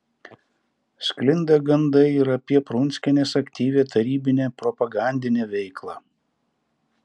sklinda gandai ir apie prunskienės aktyvią tarybinę propagandinę veiklą